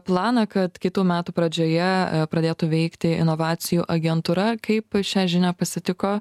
planą kad kitų metų pradžioje pradėtų veikti inovacijų agentūra kaip šią žinią pasitiko